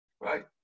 right